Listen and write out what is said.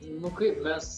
nu kaip mes